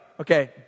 Okay